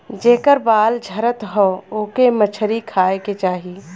जेकर बाल झरत हौ ओके मछरी खाए के चाही